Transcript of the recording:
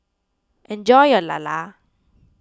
enjoy your Lala